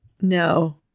No